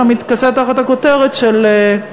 אלא מתכסה תחת הכותרת של,